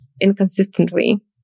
inconsistently